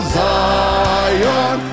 zion